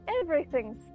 Everything's